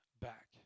back